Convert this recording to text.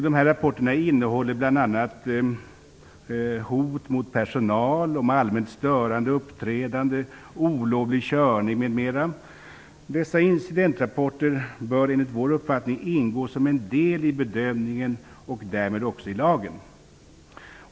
Dessa rapporter innehåller uppgifter bl.a. om hot mot personal, om allmänt störande uppträdande och om olovlig körning. De här incidentrapporterna bör, enligt vår uppfattning, ingå som en del i bedömningen och därmed också i lagen.